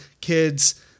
kids